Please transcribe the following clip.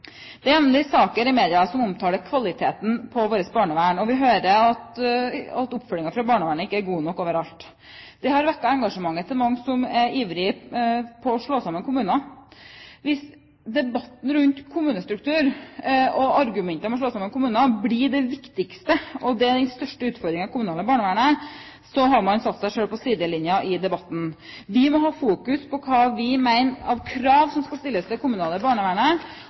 Det er jevnlig saker i media som omtaler kvaliteten på vårt barnevern, og vi hører at oppfølgingen fra barnevernet ikke er god nok overalt. Det har vekket engasjementet hos mange som er ivrige på å slå sammen kommuner. Hvis debatten rundt kommunestruktur og argumentet om å slå sammen kommuner blir det viktigste og den største utfordringen i det kommunale barnevernet, har man satt seg selv på sidelinjen i debatten. Vi må fokusere på hva vi mener er krav som skal stilles til det kommunale barnevernet.